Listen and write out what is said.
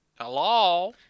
Hello